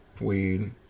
weed